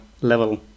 level